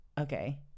Okay